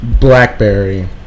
Blackberry